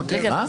תודה רבה.